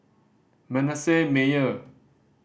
Manasseh Meyer